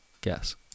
guess